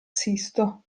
sisto